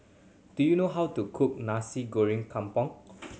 do you know how to cook Nasi Goreng Kampung